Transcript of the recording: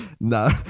No